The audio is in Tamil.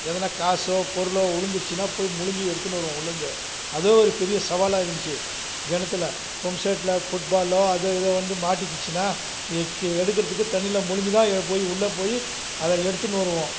எதனா காசோ பொருளோ உழுந்துருச்சுனா போய் முழுகி எடுத்துனு வருவோம் உள்ளேருந்து அதோ ஒரு பெரிய சவாலாகருந்துச்சு கிணத்துல பம்புசெட்டில் ஃபுட் பாலோ அதோ இதோ வந்து மாட்டிக்கிச்சுனா எக்கி எடுக்கிருதுக்கு தண்ணியில் முழுகி தான் உள்ளே போய் அதை எடுத்துனு வருவோம்